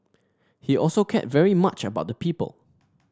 he also cared very much about the people